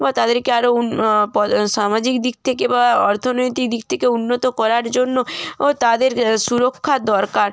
বা তাদেরকে আরো উন্নত প সামাজিক দিক থেকে বা অর্থনৈতিক দিক থেকে উন্নত করার জন্য ও তাদের সুরক্ষার দরকার